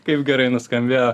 kaip gerai nuskambėjo